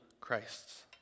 Christs